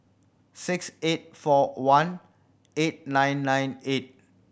six eight four one eight nine nine eight